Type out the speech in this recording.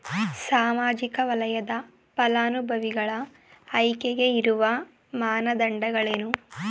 ಸಾಮಾಜಿಕ ವಲಯದ ಫಲಾನುಭವಿಗಳ ಆಯ್ಕೆಗೆ ಇರುವ ಮಾನದಂಡಗಳೇನು?